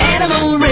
Animal